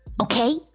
okay